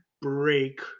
break